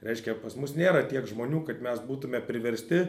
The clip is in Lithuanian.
reiškia pas mus nėra tiek žmonių kad mes būtume priversti